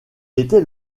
était